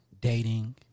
dating